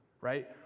right